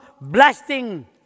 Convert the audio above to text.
blasting